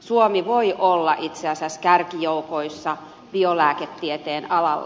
suomi voi olla itse asiassa kärkijoukoissa biolääketieteen alalla